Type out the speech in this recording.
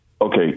okay